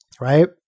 right